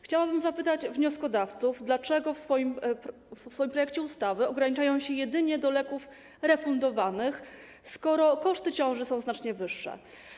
Chciałabym zapytać wnioskodawców, dlaczego w swoim projekcie ustawy ograniczają się jedynie do leków refundowanych, skoro koszty ciąży są znacznie wyższe.